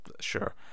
Sure